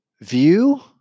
view